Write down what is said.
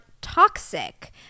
toxic